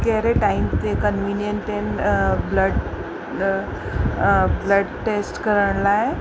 कहिड़े टाइम ते कंविनीएंट आहिनि ब्लड ब्लड टेस्ट करण लाइ